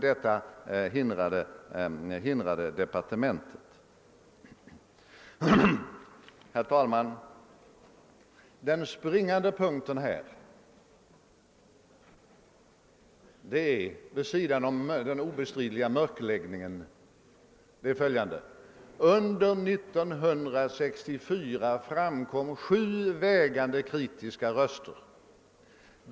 Detta förhindrade dock departementet. Herr talman! Den springande punkten är, vid sidan om den obestridliga mörkläggningen, följande. Under 1964 höjdes sju vägande kritiska röster.